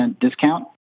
discount